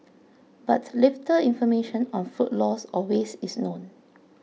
but little information on food loss or waste is known